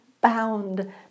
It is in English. bound